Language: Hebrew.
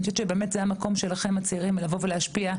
אני חושבת שבאמת זה המקום שלכם הצעירים לבוא ולהשפיע,